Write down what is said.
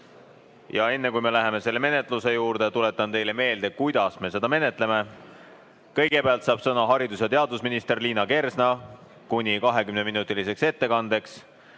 Enne kui me läheme selle menetluse juurde, tuletan teile meelde, kuidas me seda menetleme. Kõigepealt saab sõna haridus- ja teadusminister Liina Kersna kuni 20-minutiseks ettekandeks.